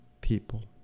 people